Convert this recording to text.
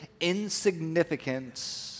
insignificant